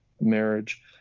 marriage